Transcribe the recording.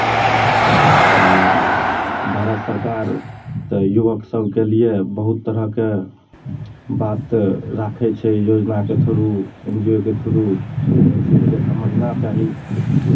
आ भारत सरकार तऽ युवक सभके लिए बहुत तरहके बात राखै छै योजनाके थ्रू एन जी ओ के थ्रू एहि चीजकेँ समझना चाही